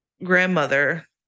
Grandmother